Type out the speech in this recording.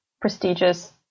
prestigious